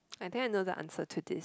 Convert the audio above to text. I think I know the answer to this